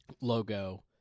logo